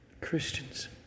Christians